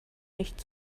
nicht